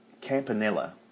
Campanella